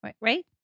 Right